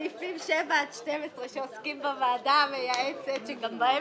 סעיפים 7 עד 12, שעוסקים בוועדה המייעצת, שגם בהם